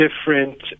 different